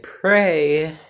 pray